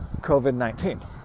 COVID-19